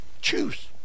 choose